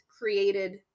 created